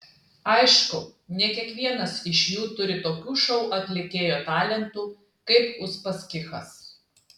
aišku ne kiekvienas iš jų turi tokių šou atlikėjo talentų kaip uspaskichas